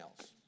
else